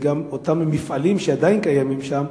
אותם מפעלים שעדיין קיימים שם,